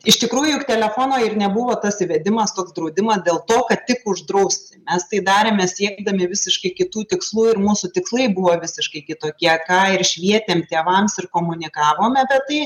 iš tikrųjų telefono ir nebuvo tas įvedimas toks draudimą dėl to kad tik uždraust mes tai darėme siekdami visiškai kitų tikslų ir mūsų tikslai buvo visiškai kitokie ką ir švietėm tėvams ir komunikavom apie tai